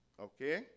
Okay